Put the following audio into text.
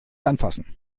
anfassen